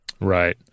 Right